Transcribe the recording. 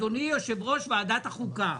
אדוני יושב-ראש ועדת החוקה,